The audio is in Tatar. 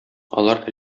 алар